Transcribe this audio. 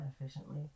efficiently